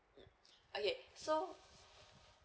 okay so